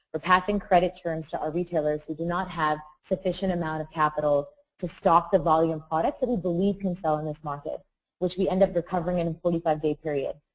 passing credit terms to all retailers who do not have sufficient amount of capital to stock the volume products that we believe can sell in this market which we end up the covering and in forty five day period.